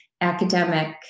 academic